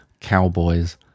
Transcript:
cowboys